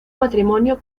matrimonio